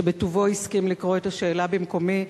שבטובו הסכים לקרוא את השאלה במקומי,